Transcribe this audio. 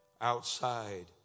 outside